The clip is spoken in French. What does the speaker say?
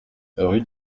rue